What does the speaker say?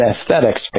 aesthetics